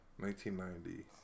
1990